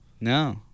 No